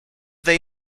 they